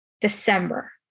december